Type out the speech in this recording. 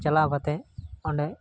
ᱪᱟᱞᱟᱣ ᱠᱟᱛᱮᱫ ᱚᱸᱰᱮ